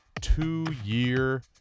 two-year